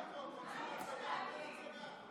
יעקב, לנו יש זמן.